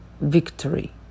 victory